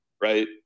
Right